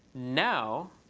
now,